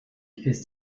ist